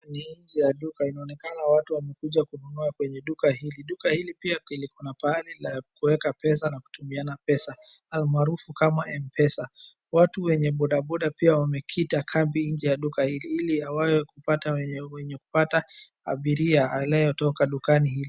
Nje ya duka, inaonekana watu wamekuja kununua kwenye duka hili. Duka hili pia iko na pahali pa kuweka pesa na kutumiana pesa almaarufu kama M-Pesa. Watu wenye boda boda pia wamekita kambi nje ya duka hili ili aweze kupata mwenye mwenye kupata abiria aliyotoka dukani hilo.